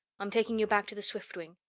i'm taking you back to the swiftwing.